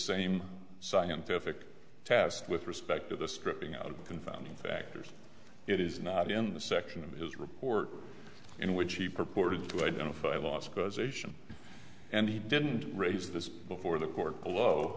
same scientific test with respect to the stripping out of confounding factors it is not in the section of his report in which he purported to identify lost causation and he didn't raise this before the court bel